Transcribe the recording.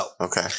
Okay